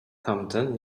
tamten